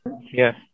Yes